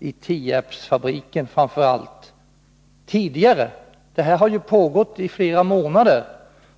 i framför allt Tierpsfabriken tidigare? Utvecklingen har ju pågått i flera månader.